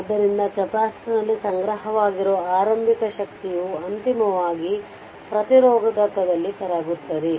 ಆದ್ದರಿಂದ ಕೆಪಾಸಿಟರ್ನಲ್ಲಿ ಸಂಗ್ರಹವಾಗಿರುವ ಆರಂಭಿಕ ಶಕ್ತಿಯು ಅಂತಿಮವಾಗಿ ಪ್ರತಿರೋಧಕದಲ್ಲಿ ಕರಗುತ್ತದೆ